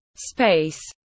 space